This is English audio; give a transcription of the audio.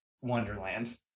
wonderland